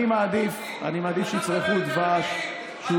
אני מעדיף שיצרכו דבש, שהוא